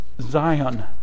Zion